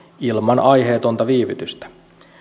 ilman aiheetonta viivytystä